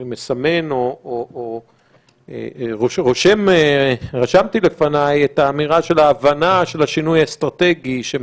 אני מסמן ורושם לפניי את האמירה של ההבנה של השינוי האסטרטגי שמתרחש,